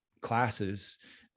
classes